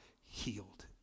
healed